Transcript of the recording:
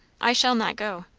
i shall not go.